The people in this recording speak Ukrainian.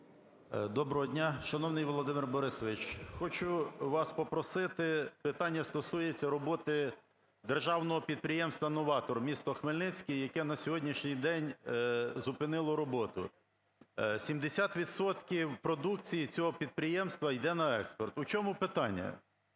Доброго дня! Шановний Володимир Борисович, хочу вас попросити: питання стосується роботи державного підприємства "Новатор" (місто Хмельницький), яке на сьогоднішній день зупинило роботу. 70 відсотків продукції цього підприємства йде на експорт. У чому питання.